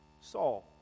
Saul